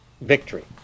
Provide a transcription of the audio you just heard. victory